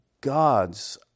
God's